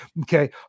Okay